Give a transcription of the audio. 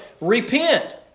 repent